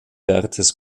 wertes